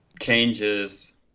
changes